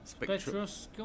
Spectroscopy